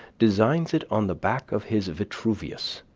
designs it on the back of his vitruvius,